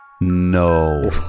No